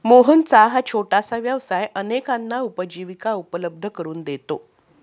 मोहनचा हा छोटासा व्यवसाय अनेकांना उपजीविका उपलब्ध करून देतो